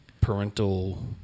parental